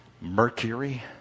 Mercury